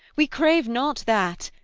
we crave not that.